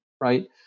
right